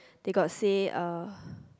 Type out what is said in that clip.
they got say uh